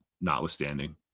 notwithstanding